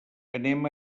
anem